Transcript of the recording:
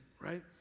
right